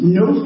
no